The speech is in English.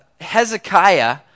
Hezekiah